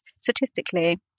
statistically